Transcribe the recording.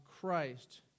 Christ